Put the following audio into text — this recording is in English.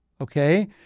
Okay